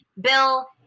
bill